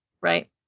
right